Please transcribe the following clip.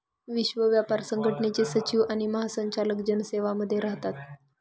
विश्व व्यापार संघटनेचे सचिव आणि महासंचालक जनेवा मध्ये राहतात